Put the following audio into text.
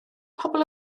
pobl